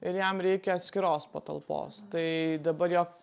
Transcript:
ir jam reikia atskiros patalpos tai dabar jo